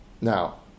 Now